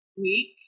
week